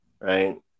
right